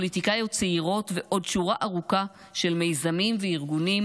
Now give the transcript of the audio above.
פוליטיקאיות צעירות ועוד שורה ארוכה של מיזמים וארגונים